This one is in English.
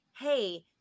hey